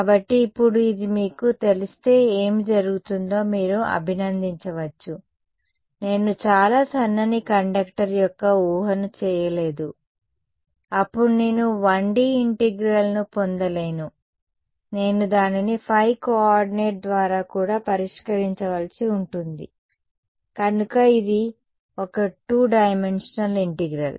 కాబట్టి ఇప్పుడు ఇది మీకు తెలిస్తే ఏమి జరుగుతుందో మీరు అభినందించవచ్చు నేను చాలా సన్నని కండక్టర్ యొక్క ఊహను చేయలేదు అప్పుడు నేను 1D ఇంటిగ్రల్ ను పొందలేను నేను దానిని ϕ కోఆర్డినేట్ ద్వారా కూడా పరిష్కరించవలసి ఉంటుంది కనుక ఇది ఒక టు డైమెన్షన్ ఇంటిగ్రల్